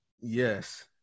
Yes